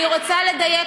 את רוצה לדייק